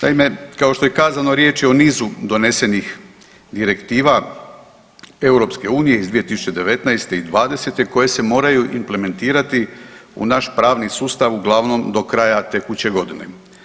Naime, kao što je kazano, riječ je o nizu donesenih direktiva EU-a iz 2019. i 2020. koje se moraju implementirati u naš pravni sustav uglavnom do kraja tekuće godine.